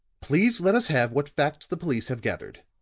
please let us have what facts the police have gathered.